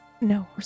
No